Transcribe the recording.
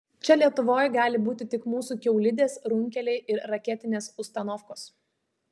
čia lietuvoj gali būti tik mūsų kiaulidės runkeliai ir raketines ustanofkos